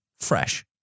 fresh